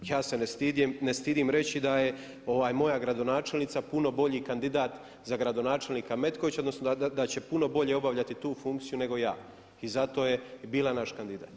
Ja se ne stidim reći da je moja gradonačelnica puno bolji kandidat za gradonačelnika Metkovića, odnosno da će puno bolje obavljati tu funkciju nego ja i zato je i bila naš kandidat.